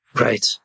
Right